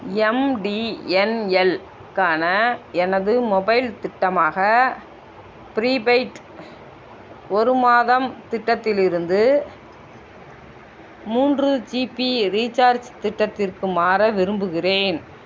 எம்டிஎன்எல்க்கான எனது மொபைல் திட்டமாக ப்ரீபெய்ட் ஒரு மாதம் திட்டத்தில் இருந்து மூன்று ஜிபி ரீசார்ஜ் திட்டத்திற்கு மாற விரும்புகிறேன்